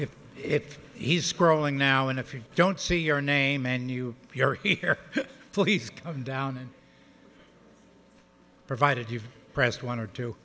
if if he's scrolling now and if you don't see your name in new york please come down and provided you pressed one or two